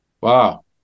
Wow